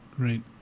Great